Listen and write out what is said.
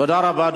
אדוני, תודה רבה.